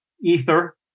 ether